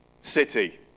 city